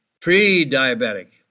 pre-diabetic